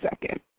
second